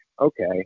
okay